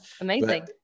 Amazing